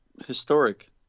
Historic